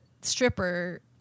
stripper